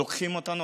לוקחים אותנו,